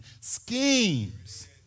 schemes